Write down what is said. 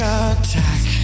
attack